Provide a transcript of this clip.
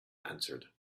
answered